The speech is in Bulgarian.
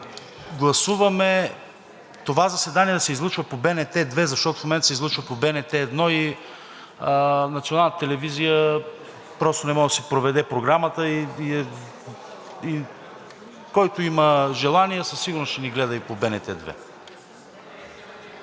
гласуваме това заседание да се излъчва по БНТ 2, защото в момента се излъчва по БНТ 1. Националната телевизия просто не може да си проведе програмата. Който има желание, със сигурност ще ни гледа и по БНТ 2.